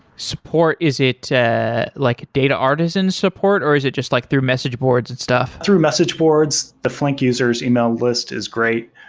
support, is it like data artisan support, or is it just like through message boards and stuff? through message boards. the flink user s email list is great.